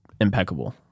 impeccable